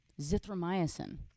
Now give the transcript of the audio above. zithromycin